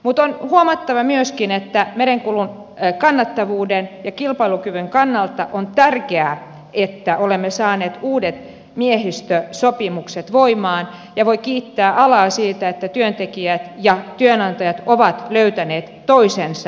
mutta on huomattava myöskin että merenkulun kannattavuuden ja kilpailukyvyn kannalta on tärkeää että olemme saaneet uudet miehistösopimukset voimaan ja voi kiittää alaa siitä että työntekijät ja työnantajat ovat löytäneet toisensa